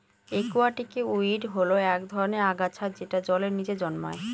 একুয়াটিকে উইড হল এক ধরনের আগাছা যেটা জলের নীচে জন্মায়